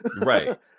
right